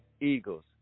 Eagles